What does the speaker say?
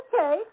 okay